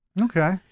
Okay